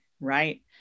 right